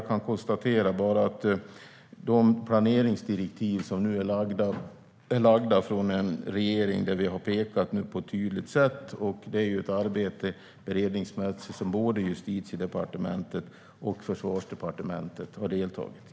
Jag kan bara konstatera att i de planeringsdirektiv som regeringen gett är vi tydliga. Beredningsmässigt är det ett arbete som både Justitiedepartementet och Försvarsdepartementet deltagit i.